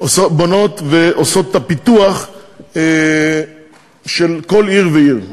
בונות ועושות את הפיתוח של כל עיר ועיר.